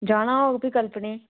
जाना होग फिर कल्पनी गी